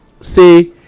Say